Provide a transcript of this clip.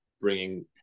bringing